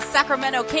Sacramento